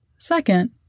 Second